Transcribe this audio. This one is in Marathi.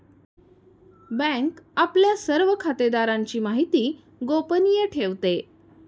बँक आपल्या सर्व खातेदारांची माहिती गोपनीय ठेवते